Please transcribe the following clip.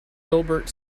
hilbert